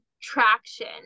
traction